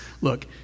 Look